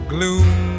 Gloom